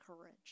courage